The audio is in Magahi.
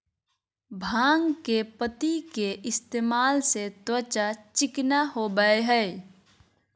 भांग के पत्ति के इस्तेमाल से त्वचा चिकना होबय हइ